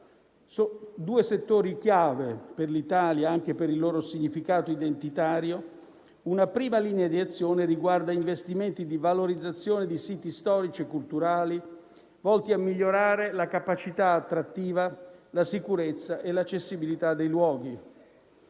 due settori chiave per l'Italia anche per il loro significato identitario, una prima linea di azione riguarda interventi di valorizzazione di siti storici e culturali, volti a migliorare la capacità attrattiva, la sicurezza e l'accessibilità dei luoghi.